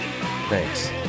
thanks